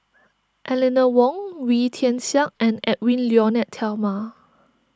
Eleanor Wong Wee Tian Siak and Edwy Lyonet Talma